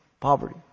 Poverty